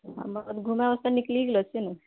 हम घुमए लए तऽ निकलि गेल छी नहि